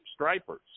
Stripers